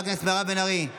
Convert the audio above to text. חברת הכנסת מירב בן ארי.